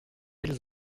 ils